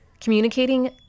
Communicating